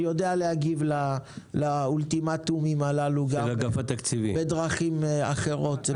אני יודע להגיב לאולטימטומים הללו גם בדרכים אחרות,